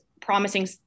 promising